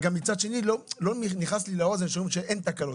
מצד שני, לא נכנס לי לאוזן שאומרים שאין תקלות.